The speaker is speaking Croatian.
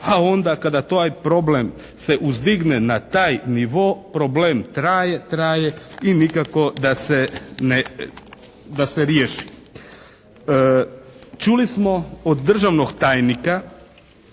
a onda kada to ajd problem se uzdigne na taj nivo problem traje, traje i nikako da se ne riješi. Čuli smo od državnog tajnika